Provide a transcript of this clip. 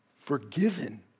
forgiven